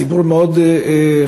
ציבור מאוד חלש,